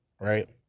Right